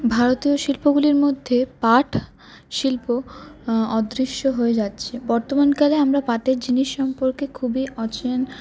ভারতীয় শিল্পগুলির মধ্যে পাট শিল্প অদৃশ্য হয়ে যাচ্ছে বর্তমানকালে আমরা পাটের জিনিস সম্পর্কে খুবই অচিন